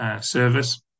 service